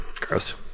Gross